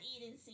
eating